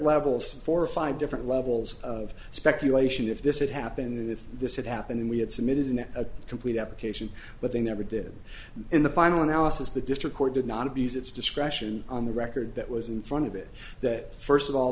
levels four or five different levels of speculation if this had happened if this had happened and we had submitted a complete application but they never did in the final analysis the district court did not abuse its discretion on the record that was in front of it that first of all